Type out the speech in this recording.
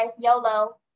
YOLO